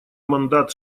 мандат